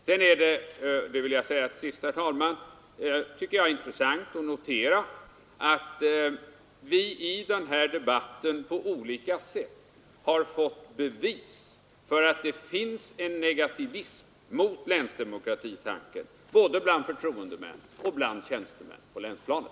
Slutligen är det intressant att notera, att vi i den här debatten på olika sätt har fått bevis för att det finns en negativism mot länsdemokratitanken både bland förtroendemän och bland tjänstemän på länsplanet.